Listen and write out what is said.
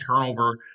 turnover